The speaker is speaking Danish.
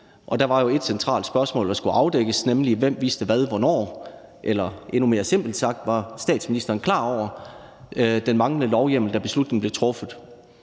der var jo ét centralt spørgsmål, der skulle afdækkes, nemlig hvem der vidste hvad hvornår. Eller endnu mere simpelt sagt: Var statsministeren klar over, at der manglede lovhjemmel, da beslutningen blev truffet?